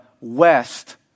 west